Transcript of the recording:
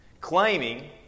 claiming